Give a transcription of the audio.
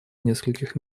нескольких